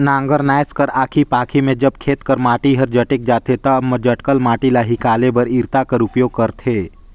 नांगर नाएस कर आखी पाखी मे जब खेत कर माटी हर जटेक जाथे ता जटकल माटी ल हिकाले बर इरता कर उपियोग करथे